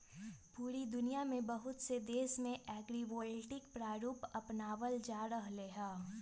पूरा दुनिया के बहुत से देश में एग्रिवोल्टिक प्रारूप अपनावल जा रहले है